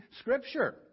Scripture